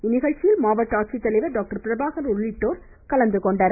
இந்நிகழ்ச்சியில் மாவட்ட ஆட்சித்லைவர் டாக்டர் பிரபாகரன் உள்ளிட்டோர் கலந்துகொண்டனர்